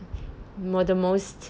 m~ the most